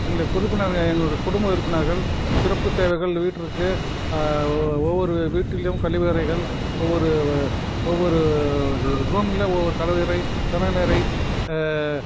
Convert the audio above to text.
எங்களுடைய உறுப்பினர்கள் எங்களோடய குடும்ப உறுப்பினர்கள் சிறப்பு தேவைகள் வீட்டிற்கும் ஒவ்வொரு வீட்டிலும் கழிவறைகள் ஒவ்வொரு ஒவ்வொரு ரூமில் ஒவ்வொரு கழிவறை சமையலறை